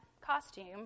costume